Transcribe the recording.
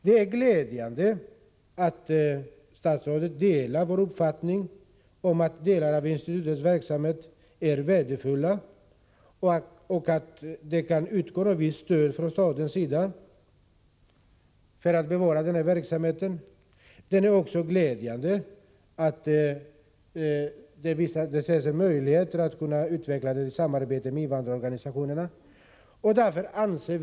Det var glädjande att statsrådet delar vår uppfattning om att delar av institutets verksamhet är värdefulla och att statliga bidrag kan utgå för att bevara den här verksamheten. Det är också glädjande att det finns möjligheter att utveckla ett samarbete med invandrarorganisationerna på detta område.